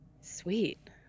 Sweet